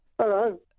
Hello